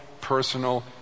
personal